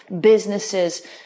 businesses